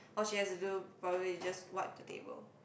all she has to do probably is just wipe the table